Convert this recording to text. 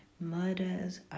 murders